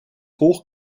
hoch